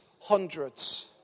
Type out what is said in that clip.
hundreds